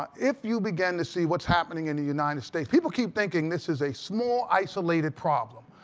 ah if you begin to see what's happening in the united states people keep thinking this is a small, isolated problem.